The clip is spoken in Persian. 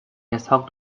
اسحاق